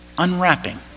unwrapping